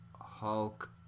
Hulk